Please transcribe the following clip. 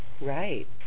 right